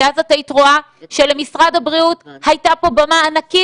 כי אז את היית רואה שלמשרד הבריאות הייתה פה במה ענקית,